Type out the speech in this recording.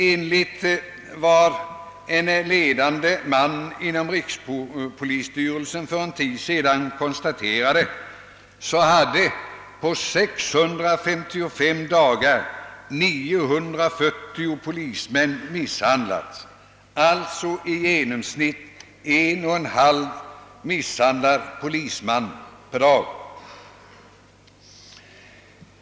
Enligt vad en ledande man inom rikspolisstyrelsen för en tid sedan konstaterade hade på 655 dagar 940 polismän misshandlats, alltså i genomsnitt 1,5 per dag.